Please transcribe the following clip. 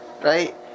Right